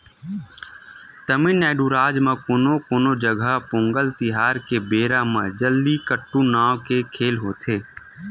तमिलनाडू राज म कोनो कोनो जघा पोंगल तिहार के बेरा म जल्लीकट्टू नांव के खेल होथे